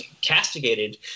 castigated